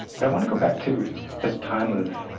but i want to go back to this time of,